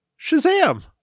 Shazam